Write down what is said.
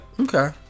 Okay